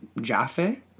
Jaffe